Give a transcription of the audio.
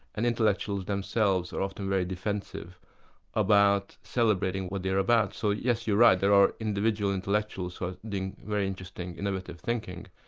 and intellectuals themselves are often very defensive about celebrating what they are about so yes, you're right, there are individual intellectuals who are doing very interesting innovative thinking.